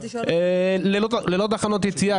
במסלול ללא תחנות יציאה